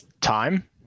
Time